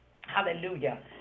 Hallelujah